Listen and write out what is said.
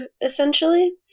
essentially